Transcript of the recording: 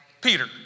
Peter